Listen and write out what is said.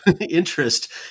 interest